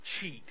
Cheat